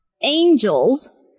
angels